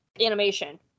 animation